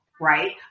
right